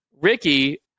Ricky